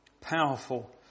powerful